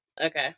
Okay